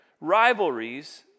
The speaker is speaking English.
rivalries